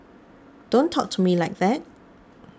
don't talk to me like that